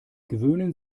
gewöhnen